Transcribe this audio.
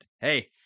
hey